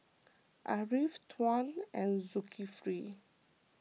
Ariff Tuah and Zulkifli